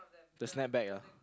the snap back ah